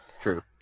True